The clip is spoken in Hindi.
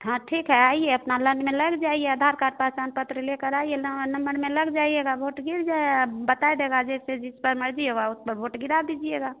हाँ ठीक है आइए अपना लाइन में लग जाइए आधार कार्ड पहचान पत्र लेकर आइए नंबर नम्बर में लग जाइएगा वोट गिर जाए बता देगा जैसे जिस पर मर्ज़ी होगी उस पर वोट गिरा दीजिएगा